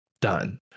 done